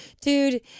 dude